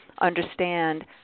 understand